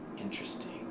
interesting